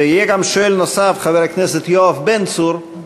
ויהיה גם שואל נוסף, חבר הכנסת יואב בן צור,